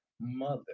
mother